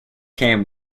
came